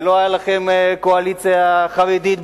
ולא היתה לכם קואליציה חרדית.